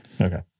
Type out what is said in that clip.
Okay